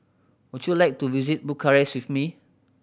would you like to visit Bucharest with me